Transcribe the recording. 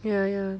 ya ya